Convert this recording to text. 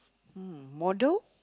mm model